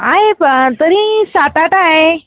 आहे प तरी सात आठ आहे